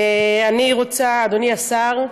אדוני השר,